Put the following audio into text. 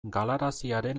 galaraziaren